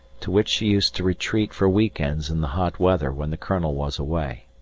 to which she used to retreat for week-ends in the hot weather when the colonel was away.